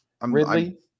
Ridley